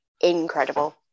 incredible